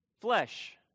flesh